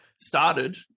Started